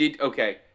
Okay